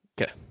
Okay